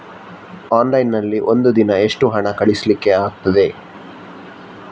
Online ನಲ್ಲಿ ಒಂದು ದಿನ ಎಷ್ಟು ಹಣ ಕಳಿಸ್ಲಿಕ್ಕೆ ಆಗ್ತದೆ?